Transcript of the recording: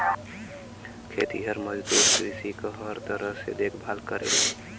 खेतिहर मजदूर कृषि क हर तरह से देखभाल करलन